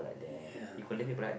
ya ya